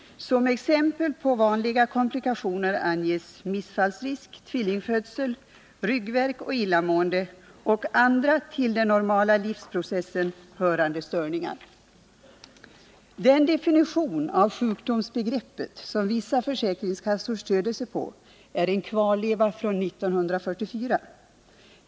Som exempel på vanliga komplikationer anges missfallsrisk, tvillingfödsel, ryggvärk och illamående ”och andra till den normala livsprocessen hörande störningar”. Den definition av sjukdomsbegreppet som vissa försäkringskassor stöder sig på är en kvarleva från 1944.